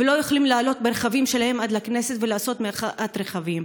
ולא יכולים לעלות ברכבים שלהם עד לכנסת ולעשות מחאת רכבים.